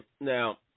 now